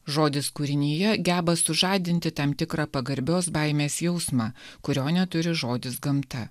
žodis kūrinija geba sužadinti tam tikrą pagarbios baimės jausmą kurio neturi žodis gamta